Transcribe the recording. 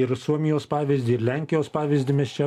ir suomijos pavyzdį ir lenkijos pavyzdį mes čia